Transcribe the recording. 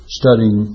studying